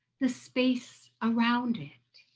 the space around it.